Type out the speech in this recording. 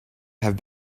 have